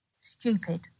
stupid